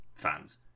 fans